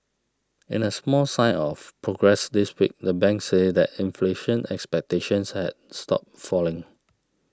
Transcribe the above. in a small sign of progress this week the bank said that inflation expectations had stopped falling